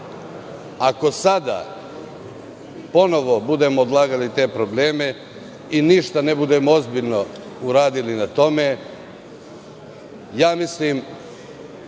sada ponovo budemo odlagali te probleme i ništa ne budemo ozbiljno uradili na tome, mislim